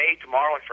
tomorrow